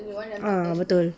ah betul